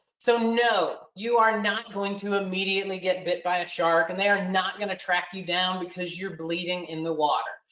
so no, you are not going to immediately get bit by a shark and they are not going to track you down because you're bleeding in the water.